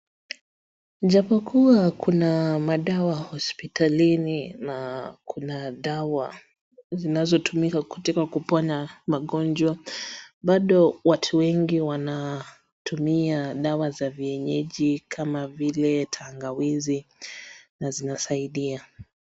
Ijapokuwa kuna madawa hospitalini na kuna dawa zinazotumika kutoka kuponya magonjwa, bado watu wengi wanatumia dawa za kienyeji kama vile tangawizi na zinasaidia.